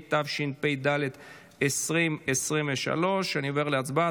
התשפ"ד 2023. אני עובר להצבעה.